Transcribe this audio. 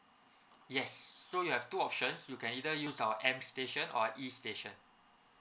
yes so you have two options you can either use our M station or E station